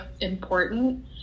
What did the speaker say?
important